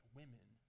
women